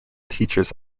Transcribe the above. teachers